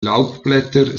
laubblätter